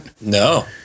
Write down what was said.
No